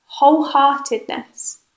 wholeheartedness